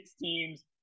teams